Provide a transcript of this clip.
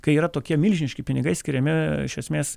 kai yra tokie milžiniški pinigai skiriami iš esmės